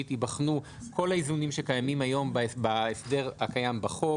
ייבחנו כל האיזונים שקיימים היום בהסדר הקיים בחוק,